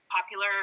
popular